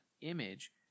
image